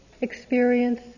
experience